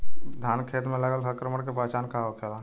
धान के खेत मे लगल संक्रमण के पहचान का होखेला?